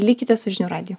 likite su žinių radiju